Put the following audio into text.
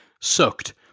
sucked